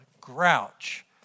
grouch